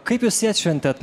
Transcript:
kaip jūs jį atšventėt